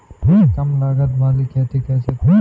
कम लागत वाली खेती कैसे करें?